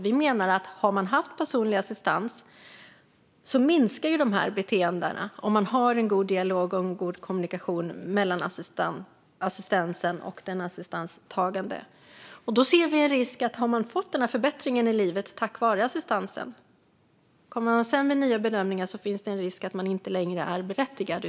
Vi menar dock att om man har en god dialog mellan assistansmottagaren och assistansen minskar detta beteende, och vi ser en risk för försämring om man får en ny bedömning utifrån denna formulering och inte längre är berättigad.